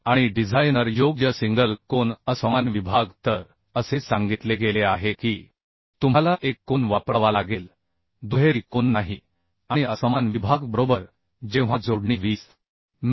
आणि डिझायनर योग्य सिंगल कोन असमान विभाग तर असे सांगितले गेले आहे की तुम्हाला एक कोन वापरावा लागेल दुहेरी कोन नाही आणि असमान विभाग बरोबर जेव्हा जोडणी 20 मि